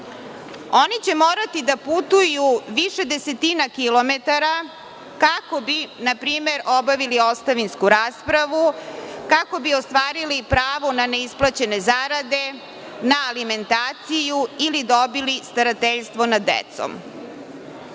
Oni će morati da putuju više desetina kilometara kako bi npr. obavili ostavinsku raspravu, kako bi ostvarili pravo na neisplaćene zarade, na alimentaciju ili dobili starateljstvo nad